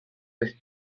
with